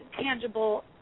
tangible